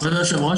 היושב ראש,